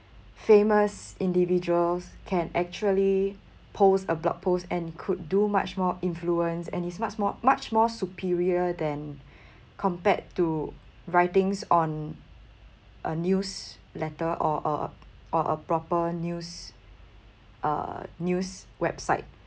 famous individuals can actually post a blog post and could do much more influence and it's much more much more superior than compared to writings on a newsletter or a or a proper news uh news website